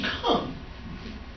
come